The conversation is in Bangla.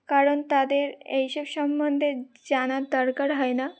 কারণ তাদের এইসব সম্বন্ধে জানার দরকার হয় না